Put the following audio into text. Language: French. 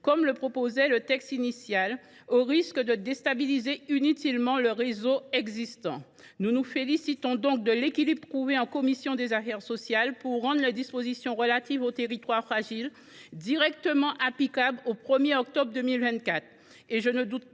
choix qu’opérait le texte initial, au risque de déstabiliser inutilement le réseau existant. Nous saluons donc l’équilibre trouvé en commission des affaires sociales pour rendre les dispositions relatives aux territoires fragiles applicables, au plus tard, le 1 octobre 2024.